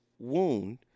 wound